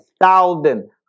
thousand